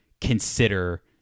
consider